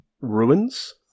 ruins